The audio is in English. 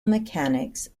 mechanics